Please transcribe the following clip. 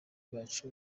bacu